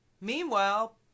Meanwhile